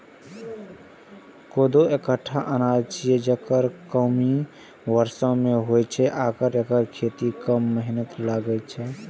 कोदो एकटा अनाज छियै, जे कमो बर्षा मे होइ छै आ एकर खेती मे कम मेहनत लागै छै